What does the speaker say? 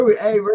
Hey